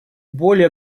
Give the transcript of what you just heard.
более